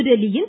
புதுதில்லியில்